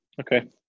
Okay